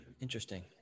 Interesting